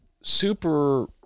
super